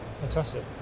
fantastic